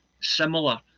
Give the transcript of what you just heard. similar